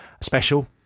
special